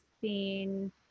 seen